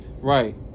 Right